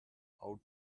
out